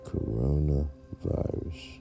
Coronavirus